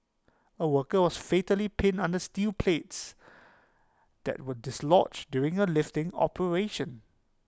A worker was fatally pinned under steel plates that were dislodged during A lifting operation